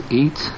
eat